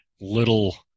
little